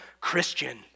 Christian